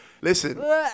Listen